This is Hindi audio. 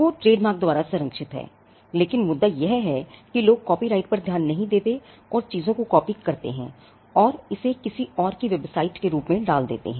लोगो ट्रेडमार्क द्वारा संरक्षित है लेकिन मुद्दा यह है कि लोग काॅपीराइट पर ध्यान नहीं देते और चीजों को कॉपी करते हैं और इसे किसी और की वेबसाइट के रूप में डाल देते हैं